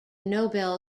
nobel